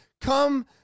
come